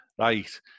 right